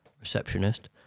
receptionist